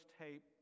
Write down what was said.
tape